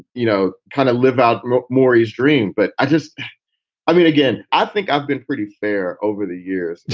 you know, kind of live out more his dream. but i just i mean, again, i think i've been pretty fair over the years.